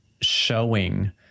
showing